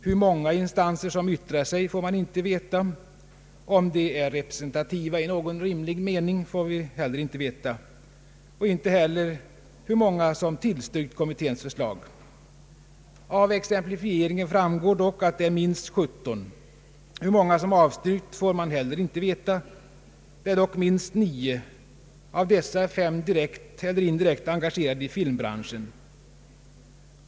Hur många instanser som yttrat sig får man inte veta — om de är representativa i någon rimlig mening får vi inte heller veta — och inte heller hur många som tillstyrkt kommitténs förslag. Av exemplifieringen framgår dock att det är minst 17. Hur många som avstyrkt får man heller inte veta — det är dock minst 9; av vilka 5 direkt eller indirekt är engagerade i filmbranschen.